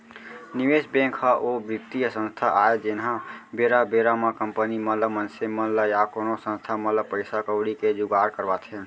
निवेस बेंक ह ओ बित्तीय संस्था आय जेनहा बेरा बेरा म कंपनी मन ल मनसे मन ल या कोनो संस्था मन ल पइसा कउड़ी के जुगाड़ करवाथे